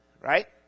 Right